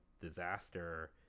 disaster